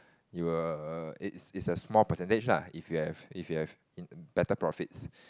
you will it's it's a small percentage lah if you have if you have better profits